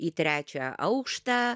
į trečią aukštą